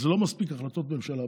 אז זה לא מספיק, החלטות ממשלה.